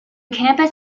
campus